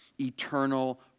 eternal